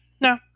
No